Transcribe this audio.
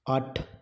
ਅੱਠ